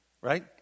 right